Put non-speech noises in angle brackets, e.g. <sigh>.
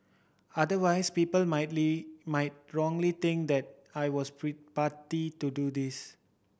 otherwise people <unintelligible> might wrongly think that I was <unintelligible> party to do this